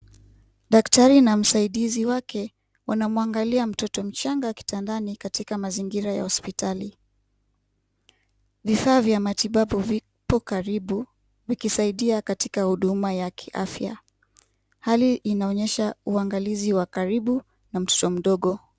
Daktari na msaidizi wake wanamwangalia mtoto mchanga kitandani katika mazingira ya hospitali, vifaa vya matibabu vipo karibu vikisaidia katika huduma ya kiafya, hali inaonyesha uangalizi wa karibu na mtoto mdogo.